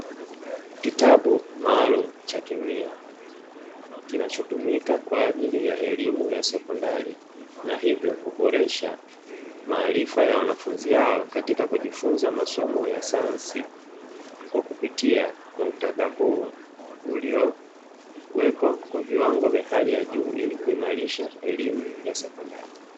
Kitabu maalumu cha kemia kinachotumika kwa ajili ya elimu ya sekondari, na hivyo kuboresha maarifa ya wanafunzi hao katika kujifunza masomo ya sayansi kwa kupitia muktadha huo uliowekwa kwa viwango vya hali ya juu; ili kuimarisha elimu ya sekondari.